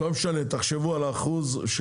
לא משנה, תחשבו על האחוז.